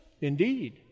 Indeed